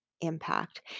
impact